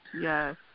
Yes